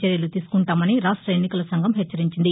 చర్యలు తీసుకుంటామని రాష్ట్ర ఎన్నికల సంఘం హెచ్చరించింది